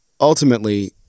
ultimately